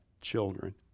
children